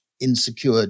insecure